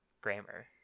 grammar